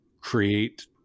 create